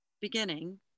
beginning